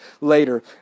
later